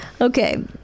Okay